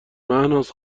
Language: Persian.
مهناز